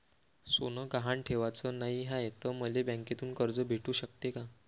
सोनं गहान ठेवाच नाही हाय, त मले बँकेतून कर्ज भेटू शकते का?